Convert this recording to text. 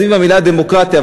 סביב המילה דמוקרטיה,